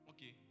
Okay